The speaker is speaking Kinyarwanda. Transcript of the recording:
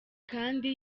kandi